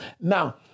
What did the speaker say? Now